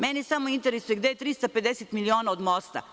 Mene samo interesuje gde je 350 miliona od mosta?